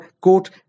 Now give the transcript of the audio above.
quote